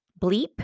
bleep